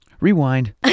Rewind